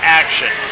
action